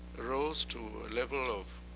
rose to a level of